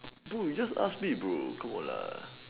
no you just ask me bro come on lah